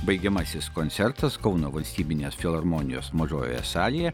baigiamasis koncertas kauno valstybinės filharmonijos mažojoje salėje